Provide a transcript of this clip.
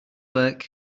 work